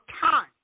time